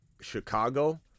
Chicago